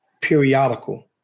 periodical